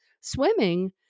swimming